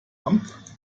amt